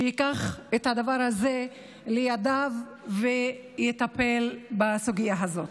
שייקח את הדבר הזה לידיו ויטפל בסוגיה הזאת.